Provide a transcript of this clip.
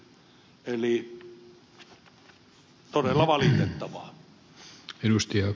eli todella valitettavaa